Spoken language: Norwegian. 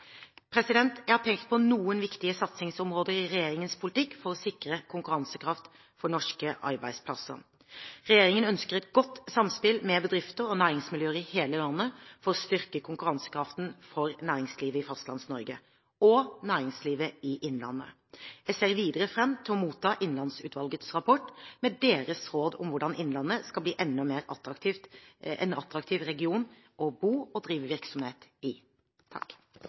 Jeg har pekt på noen viktige satsingsområder i regjeringens politikk for å sikre konkurransekraft for norske arbeidsplasser. Regjeringen ønsker et godt samspill med bedrifter og næringsmiljøer i hele landet for å styrke konkurransekraften for næringslivet i Fastlands-Norge – og næringslivet i Innlandet. Jeg ser videre fram til å motta Innlandsutvalgets rapport med deres råd om hvordan Innlandet skal bli en enda mer attraktiv region å bo og drive virksomhet i. Tusen takk